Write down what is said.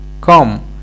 come